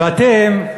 ואתם,